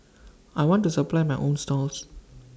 I want to supply my own stalls